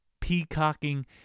peacocking